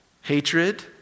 Hatred